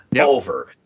over